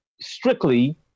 strictly